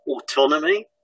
autonomy